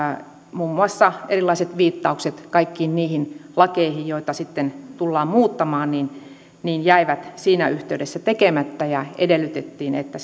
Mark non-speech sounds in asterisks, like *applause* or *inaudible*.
muun muassa erilaiset viittaukset kaikkiin niihin lakeihin joita sitten tullaan muuttamaan jäivät siinä yhteydessä tekemättä ja edellytettiin että *unintelligible*